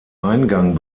eingang